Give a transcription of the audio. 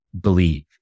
believe